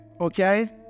Okay